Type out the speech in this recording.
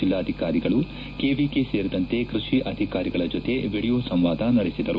ಜಿಲ್ಲಾಧಿಕಾರಿಗಳು ಕೆವಿಕೆ ಸೇರಿದಂತೆ ಕೃಷಿ ಅಧಿಕಾರಿಗಳ ಜೊತೆ ವಿಡಿಯೋ ಸಂವಾದ ನಡೆಸಿದರು